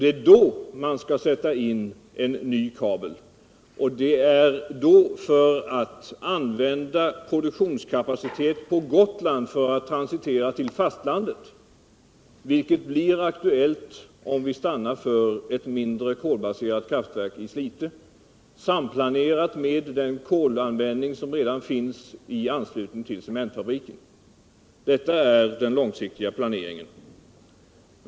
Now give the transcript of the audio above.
Det är då man skall lägga ut en ny kabel, och det för att använda produktionskapacitet på Gotland som kan transiteras till fastlandet. Och det blir aktuellt om vi beslutar om ett mindre, kolbaserat kraftverk i Slite, samplanerat med den kolanvändning som redan finns vid cementfabriken. Detta är den långsiktiga planeringen.